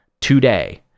today